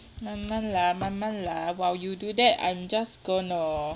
慢慢来慢慢来 while you do that I'm just gonna